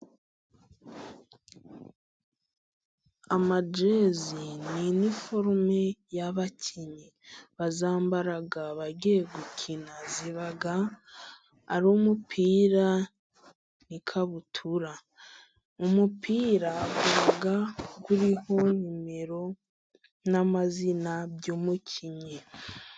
Amajezi ni iniforume y'abakinnyi. Bayambaraga bagiye gukina zibaga aumupira ni ikabutura umupiravuga kuri ho nimero n'amazina byumukinnyqi